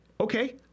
okay